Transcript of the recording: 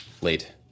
late